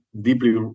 deeply